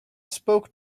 spoke